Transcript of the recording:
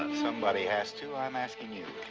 somebody has to, i'm asking you.